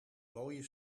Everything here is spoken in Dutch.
mooie